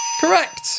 Correct